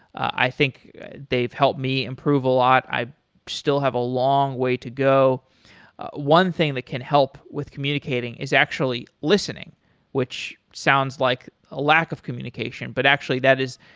i think they've helped me improve a lot. i still have a long way to go one thing that can help with communicating is actually listening which sounds like a lack of communication, but actually that is